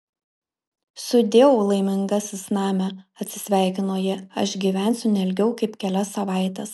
sudieu laimingasis name atsisveikino ji aš gyvensiu ne ilgiau kaip kelias savaites